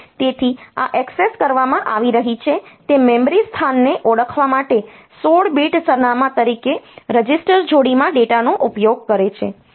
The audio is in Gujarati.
તેથી આ એક્સેસ કરવામાં આવી રહી છે તે મેમરી સ્થાનને ઓળખવા માટે 16 બીટ સરનામાં તરીકે રજિસ્ટર જોડીમાં ડેટાનો ઉપયોગ કરે છે